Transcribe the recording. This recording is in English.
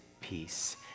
peace